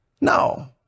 No